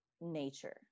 nature